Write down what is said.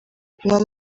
kunywa